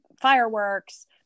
fireworks